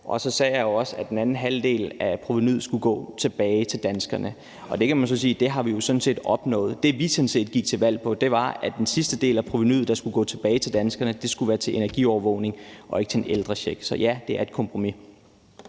og så sagde jeg også, at den anden halvdel af provenuet skulle gå tilbage til danskerne, og det kan man sige at vi sådan set har opnået. Det, vi gik til valg på, var, at den sidste del af provenuet, der skulle gå tilbage til danskerne, skulle gå til energiovervågning og ikke til en ældrecheck. Så ja, det er et kompromis.